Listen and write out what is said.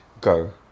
go